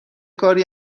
کاری